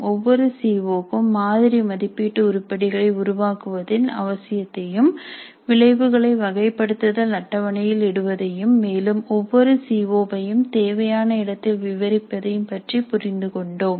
ஒவ்வொரு C O க்கும் மாதிரி மதிப்பீடு உருப்படிகளை உருவாக்குவதில் அவசியத்தையும் விளைவுகளை வகைப்படுத்தல் அட்டவணையில் இடுவதையும் மேலும் ஒவ்வொரு சி ஒ வையும் தேவையான இடத்தில் விவரிப்பதையும் பற்றி புரிந்து கொண்டோம்